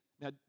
Now